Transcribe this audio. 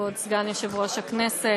כבוד סגן יושב ראש הכנסת,